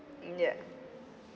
mm ya